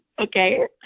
Okay